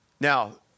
Now